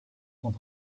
sont